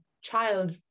child